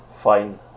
Fine